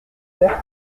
l’air